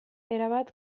erabat